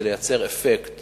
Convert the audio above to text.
כדי לייצר אפקט